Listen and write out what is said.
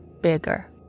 bigger